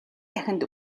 дахинд